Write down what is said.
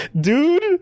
Dude